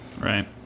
Right